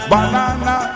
Banana